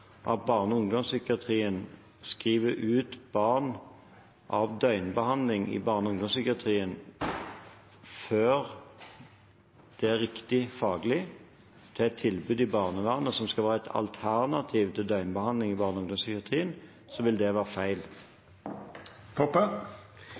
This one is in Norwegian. at barne- og ungdomspsykiatrien skriver ut barn av døgnbehandling før det er riktig faglig, til et tilbud i barnevernet som skal være et alternativ til døgnbehandling i barne- og ungdomspsykiatrien, vil det være feil.